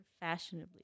fashionably